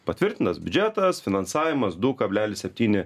patvirtintas biudžetas finansavimas du kablelis septyni